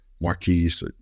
Marquise